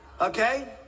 Okay